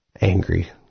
angry